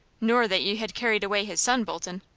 nor that you had carried away his son, bolton.